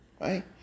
right